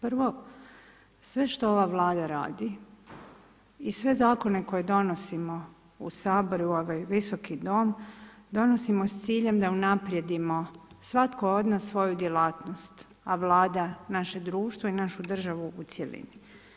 Prvo, sve što ova Vlada radi i sve zakone koje donosimo u Saboru, u ovaj Visoki dom, donosimo s ciljem na unaprijedimo svatko od nas svoju djelatnost, a Vlada naše društvo i našu državu u cjelini.